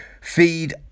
Feed